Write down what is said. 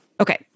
Okay